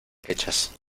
hechas